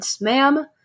ma'am